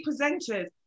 presenters